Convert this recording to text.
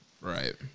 Right